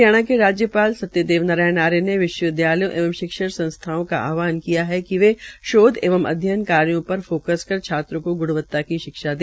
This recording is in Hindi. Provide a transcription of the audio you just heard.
हरियाणा के राज्यपाल सत्यदेव नारायण आर्य ने विश्वविद्यालयों एवं शिक्षण संस्थाओं का आहवान किया है कि वे शोध एवं अध्ययन कार्यो पर फोक्स कर छात्रों को ग्णवता की शिक्षा दे